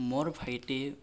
মোৰ ভাইটি